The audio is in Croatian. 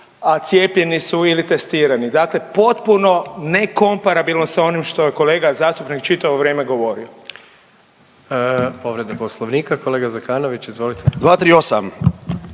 a cijepljeni su ili testirani, dakle potpuno ne komparabilno sa onim što je kolega zastupnik čitavo vrijeme govorio. **Jandroković, Gordan (HDZ)** Povreda poslovnika, kolega Zekanović izvolite. **Zekanović,